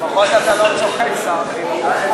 לפחות אתה לא צוחק, שר החינוך.